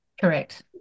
Correct